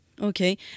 Okay